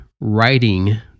writing